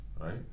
right